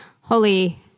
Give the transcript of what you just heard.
Holy